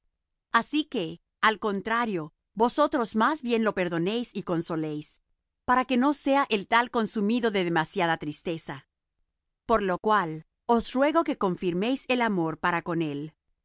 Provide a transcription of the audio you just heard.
así que al contrario vosotros más bien lo perdonéis y consoléis porque no sea el tal consumido de demasiada tristeza por lo cual os ruego que confirméis el amor para con él